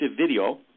video